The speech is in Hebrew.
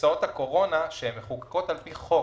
קופסאות הקורונה שמחוקקות על פי חוק,